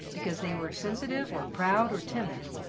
because they were sensitive or proud or timid.